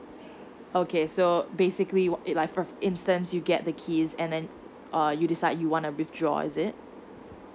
okay so basically what it like for instance you get the keys and then uh you decide you want to withdraw is it